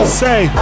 say